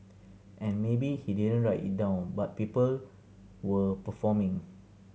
and maybe he didn't write it down but people were performing